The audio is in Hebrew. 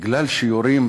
מפני שיורים